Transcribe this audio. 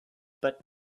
but